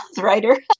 writer